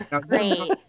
Great